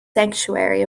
sanctuary